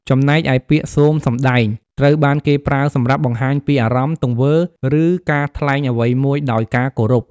ចំណែកឯពាក្យ សូមសម្តែង ត្រូវបានគេប្រើសម្រាប់បង្ហាញពីអារម្មណ៍ ទង្វើ ឬការថ្លែងអ្វីមួយដោយការគោរព។